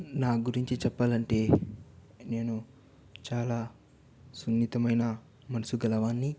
నా గురించి చెప్పాలంటే నేను చాలా సున్నితమైన మనసు గలవాన్ని